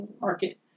market